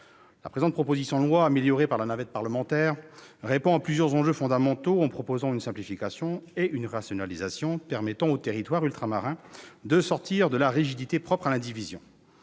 la présente proposition de loi, améliorée par la navette parlementaire, répond à plusieurs enjeux fondamentaux, en introduisant une simplification et une rationalisation permettant aux territoires ultramarins de sortir de la rigidité propre à l'indivision.